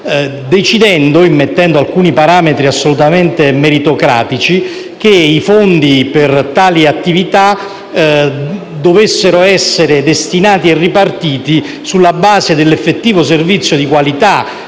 l'introduzione di alcuni parametri meritocratici, che i fondi per tali attività dovessero essere destinati e ripartiti sulla base dell'effettivo servizio di qualità